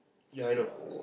ya I know